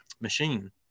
machine